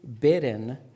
bidden